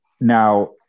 Now